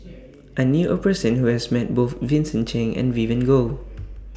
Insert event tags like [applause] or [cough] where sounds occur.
[noise] I knew A Person Who has Met Both Vincent Cheng and Vivien Goh